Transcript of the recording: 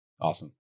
awesome